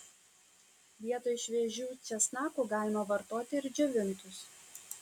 vietoj šviežių česnakų galima vartoti ir džiovintus